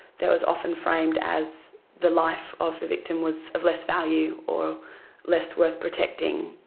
that was often framed as the life of the victim was of less value or less worth protecting.